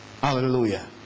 hallelujah